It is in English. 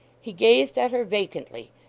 he gazed at her vacantly,